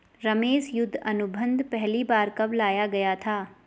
रमेश युद्ध अनुबंध पहली बार कब लाया गया था?